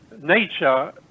nature